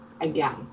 again